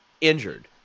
injured